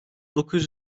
dokuz